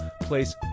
place